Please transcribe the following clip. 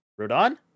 rodon